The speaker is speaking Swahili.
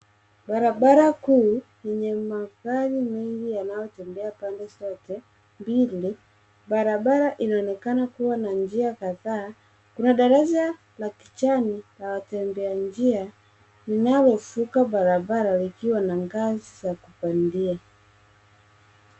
Barabara kuu yenye magari mengi yanayotembea pande zote mbili. Barabara inaonekana kuwa na njia kadhaa. Kuna daraja la kijani la watembea njia linalovuka barabara likiwa na ngazi za kupandia.